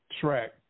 track